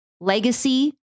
Legacy